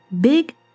Big